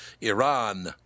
Iran